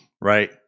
right